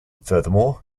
furthermore